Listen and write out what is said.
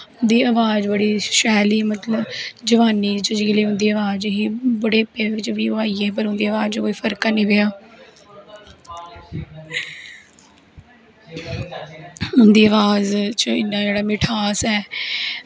उंदी अवाज़ बड़ी शैल ही मतलव जवानी च इयै जेह्ड़ी उंदी आवाज़ ही बुढ़ापे च बी आईये पर उंदी अवाज़ च कोई फर्क नी आया उंदी अवाज़ च इन्नी जेह्ड़ी अवाज़ ऐ